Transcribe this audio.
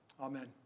Amen